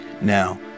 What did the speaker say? now